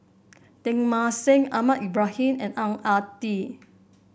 Teng Mah Seng Ahmad Ibrahim and Ang Ah Tee